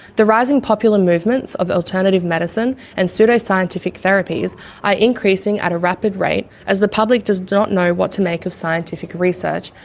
the rising popular movements of alternative medicine, and pseudo-scientific therapies are increasing at a rapid rate as the public does not know what to make of scientific research,